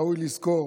ראוי לזכור